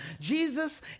Jesus